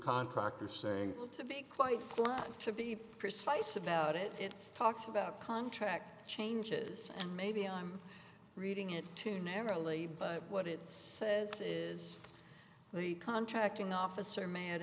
contractor saying to be quite happy to be precise about it it talks about contract changes maybe i'm reading it too narrowly but what it says is the contracting officer mad